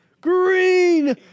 Green